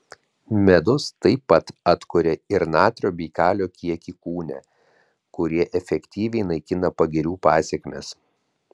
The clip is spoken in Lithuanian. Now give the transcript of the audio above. medus taip pat atkuria ir natrio bei kalio kiekį kūne kurie efektyviai naikina pagirių pasekmes